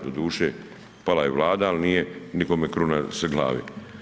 Doduše pala je vlada, al nije nikome kruna s glave.